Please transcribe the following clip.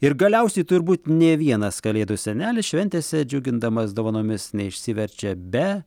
ir galiausiai turbūt nė vienas kalėdų senelis šventėse džiugindamas dovanomis neišsiverčia be